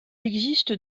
existe